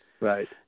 Right